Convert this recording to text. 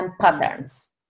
Patterns